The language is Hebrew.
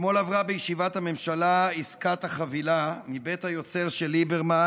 אתמול עברה בישיבת הממשלה עסקת החבילה מבית היוצר של ליברמן,